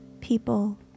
people